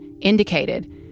indicated